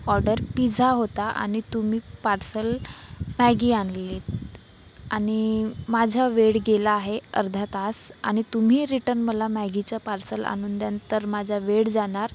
order pizza होता आणि तुम्ही पार्सल मॅगी आणलीत आणि माझा वेळ गेला आहे अर्धा तास आणि तुम्ही रिटर्न मला मॅगीचं पार्सल आणून द्याल तर माझा वेळ जाणार